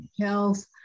health